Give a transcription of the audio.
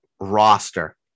roster